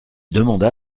demanda